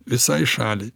visai šaliai